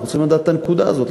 אנחנו צריכים לדעת את הנקודה הזאת,